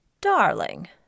Darling